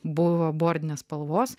buvo bortinės spalvos